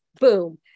Boom